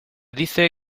dice